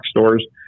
stores